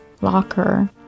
locker